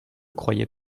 croyez